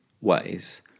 ways